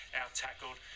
out-tackled